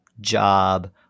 job